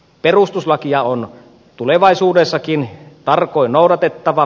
perustuslakia on tulevaisuudessakin tarkoin noudatettava